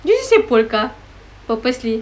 did you say polka purposely